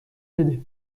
بده